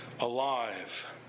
alive